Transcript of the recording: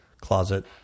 closet